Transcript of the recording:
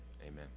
amen